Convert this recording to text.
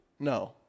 No